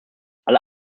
alle